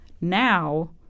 Now